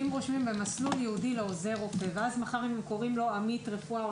אם רושמים במסלול ייעודי לעוזר רופא ומחר קוראים לו עמית רפואה,